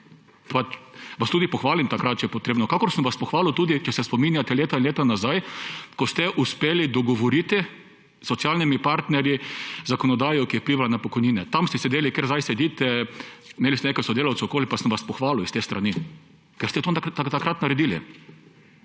vas tudi pohvalim, ko je potrebno, kakor sem vas tudi pohvalil, če se spominjate, leta in leta nazaj, ko ste se uspeli dogovoriti s socialnimi partnerji za zakonodajo, ki je vplivala na pokojnine. Tam ste sedeli, kjer zdaj sedite, imeli ste nekaj sodelavcev okoli, pa sem vas pohvalil s te strani, ker ste to takrat naredili.